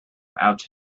out